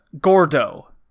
Gordo